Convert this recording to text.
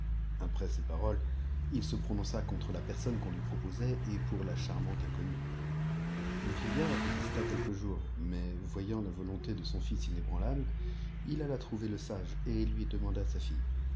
après ces paroles il se prononça contré la personne qu'on lui proptosait et pour la charmante inconnue le vieillard insista quelques jours mais voyant la volonté de son fils inébranlable il alla trouver le sage et lui denàanda sa fille